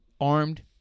armed